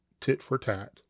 tit-for-tat